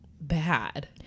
bad